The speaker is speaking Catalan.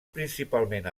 principalment